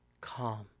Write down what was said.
calm